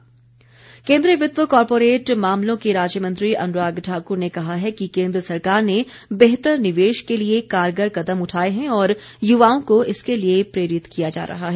जागरूकता सम्मेलन केन्द्रीय वित्त व कॉरपोरेट मामलों के राज्य मंत्री अनुराग ठाकुर ने कहा है कि केन्द्र सरकार ने बेहतर निवेश के लिए कारगर कदम उठाए हैं और युवाओं को इसके लिए प्रेरित किया जा रहा है